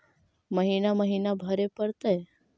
महिना महिना भरे परतैय?